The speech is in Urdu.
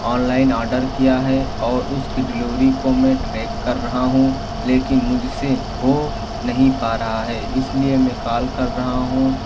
آن لائن آڈر کیا ہے اور اس کی ڈیلیوری کو میں ٹریک کر رہا ہوں لیکن مجھ سے ہو نہیں پا رہا ہے اس لیے میں کال کر رہا ہوں